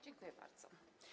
Dziękuję bardzo.